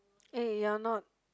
eh you're not